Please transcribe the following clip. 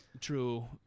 True